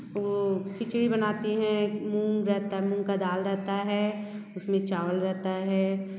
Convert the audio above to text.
वो खिचड़ी बनाते हैं मूंग रहता है मूंग की दाल रहती है उसमें चावल रहता है